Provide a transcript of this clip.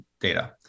data